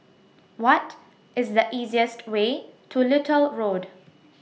What IS The easiest Way to Little Road